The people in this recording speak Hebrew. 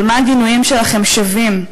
אבל מה הגינויים שלכם שווים,